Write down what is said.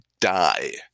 die